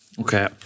okay